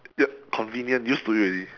ya convenient used to it already